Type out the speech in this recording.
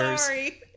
Sorry